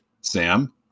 Sam